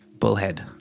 Bullhead